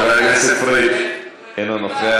חבר הכנסת פריג' אינו נוכח,